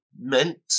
meant